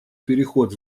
переход